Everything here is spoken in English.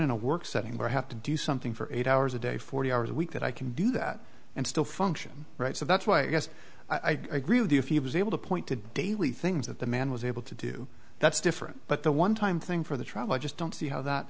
in a work setting where i have to do something for eight hours a day forty hours a week that i can do that and still function right so that's why i guess i grieved if he was able to point to daily things that the man was able to do that's different but the one time thing for the travel i just don't see how that